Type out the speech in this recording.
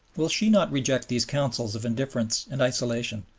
will she not reject these counsels of indifference and isolation,